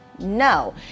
No